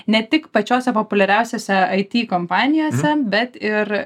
ne tik pačiose populiariausiose it